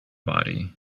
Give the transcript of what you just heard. body